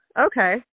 okay